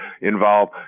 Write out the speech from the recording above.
involve